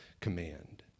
command